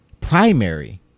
primary